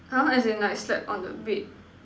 !huh! as in like slept on the bed